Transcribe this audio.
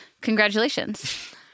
Congratulations